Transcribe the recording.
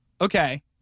Okay